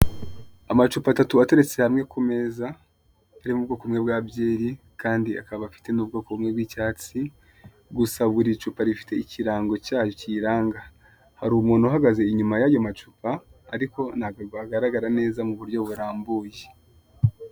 Amacupa atatu ateretse hamwe ku meza ari mu bwoko bumwe bwa byeri, kandi akaba afite n'ubwoko bumwe bw'icyatsi, gusa buri cupa rifite ikirango cyaryo kiriranga hari umuntu uhagaze inyuma y'ayo macupa ariko ntabwo agaragara neza mu buryo burambuye.